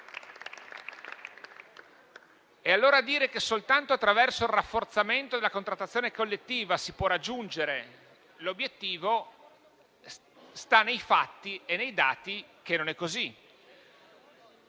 Affermare che soltanto attraverso il rafforzamento della contrattazione collettiva si può raggiungere l'obiettivo, sta nei fatti e nei dati che non sia così.